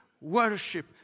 worship